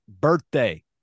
birthday